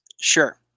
Sure